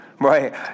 Right